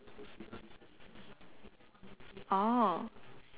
oh